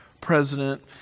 president